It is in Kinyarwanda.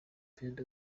perezida